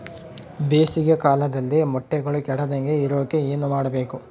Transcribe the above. ಬೇಸಿಗೆ ಕಾಲದಲ್ಲಿ ಮೊಟ್ಟೆಗಳು ಕೆಡದಂಗೆ ಇರೋಕೆ ಏನು ಮಾಡಬೇಕು?